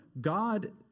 God